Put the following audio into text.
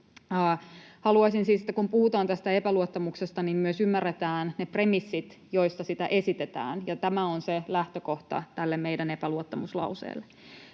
Haluaisin siis, että kun puhutaan tästä epäluottamuksesta, niin myös ymmärretään ne premissit, joista sitä esitetään, ja tämä on se lähtökohta tälle meidän epäluottamuslauseelle.